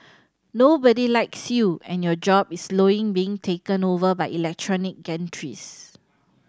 nobody likes you and your job is slowly being taken over by electronic gantries